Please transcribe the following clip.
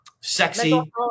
sexy